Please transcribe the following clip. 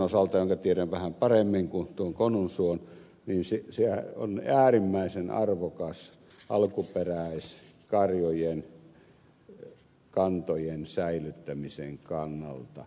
pelso jonka tiedän vähän paremmin kuin tuon konnunsuon on äärimmäisen arvokas alkuperäiskarjojen kantojen säilyttämisen kannalta